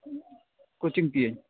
coaching ᱯᱤᱭᱟᱹᱧ